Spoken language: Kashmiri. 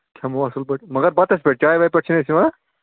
کھٮ۪مو اَصٕل پٲٹھۍ مگر بتس پٮ۪ٹھ چایہِ وایہِ پٮ۪ٹھ چھِنہٕ أسۍ یِوان